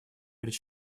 перед